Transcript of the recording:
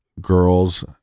girls